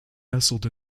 nestled